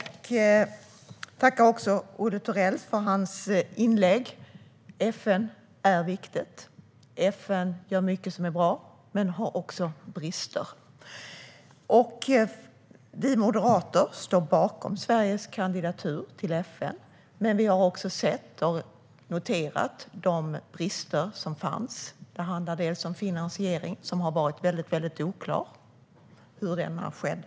Herr talman! Jag tackar Olle Thorell för hans inlägg. FN är viktigt och gör mycket som är bra, men FN har också brister. Vi moderater står bakom Sveriges kandidatur till FN:s säkerhetsråd, men vi har också noterat bristerna. Det handlar bland annat om finansieringen - det har varit väldigt oklart hur den har skett.